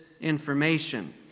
information